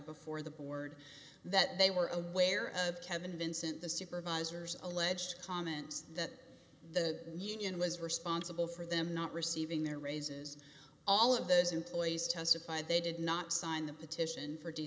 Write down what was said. before the board that they were aware of kevin vincent the supervisor's alleged comments that the union was responsible for them not receiving their raises all of those employees testified they did not sign the petition for